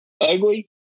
ugly